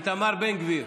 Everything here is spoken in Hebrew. איתמר בן גביר,